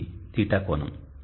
ఇది θ కోణం